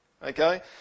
Okay